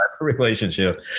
relationship